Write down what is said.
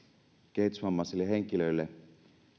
kehitysvammaisille henkilöille